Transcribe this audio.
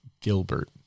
gilbert